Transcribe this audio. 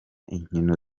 inkino